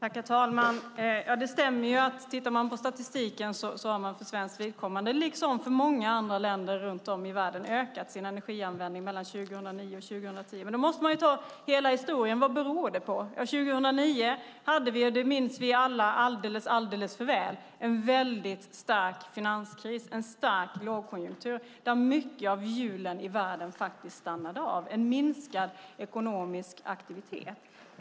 Herr talman! Det stämmer. Tittar man på statistiken ser man att Sverige, liksom många andra länder runt om i världen, har ökat sin energianvändning 2010 jämfört med 2009. Men då måste man ta hela historien. Vad beror det på? Jo, 2009 hade vi - det minns vi alla alldeles för väl - en stark finanskris och en stark lågkonjunktur då en stor del av hjulen i världen faktiskt stannade av. Det var en minskad ekonomisk aktivitet.